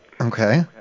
Okay